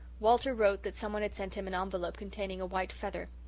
walter wrote that some one had sent him an envelope containing a white feather.